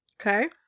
Okay